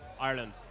Ireland